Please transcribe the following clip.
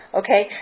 okay